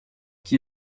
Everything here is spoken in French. qui